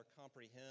comprehend